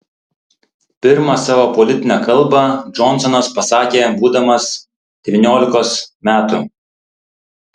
pirmą savo politinę kalbą džonsonas pasakė būdamas devyniolikos metų